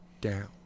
down